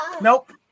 nope